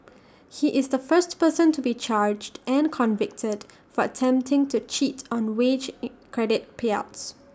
he is the first person to be charged and convicted for attempting to cheat on wage credit payouts